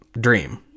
dream